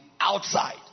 outside